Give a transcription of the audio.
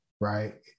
Right